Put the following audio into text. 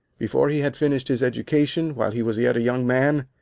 before he had finished his education, while he was yet a young man,